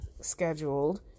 scheduled